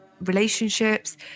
relationships